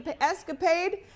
escapade